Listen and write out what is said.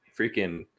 freaking